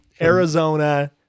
Arizona